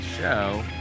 show